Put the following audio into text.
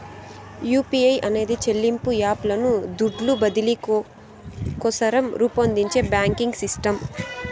UPI అనేది చెల్లింపు app లను దుడ్లు బదిలీ కోసరం రూపొందించే బాంకింగ్ సిస్టమ్